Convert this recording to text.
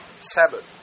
Sabbath